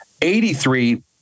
83